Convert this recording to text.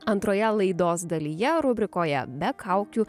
antroje laidos dalyje rubrikoje be kaukių